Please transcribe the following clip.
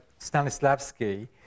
Stanislavski